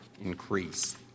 increase